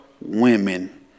women